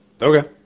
Okay